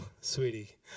sweetie